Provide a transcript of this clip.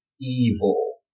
Evil